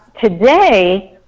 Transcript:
today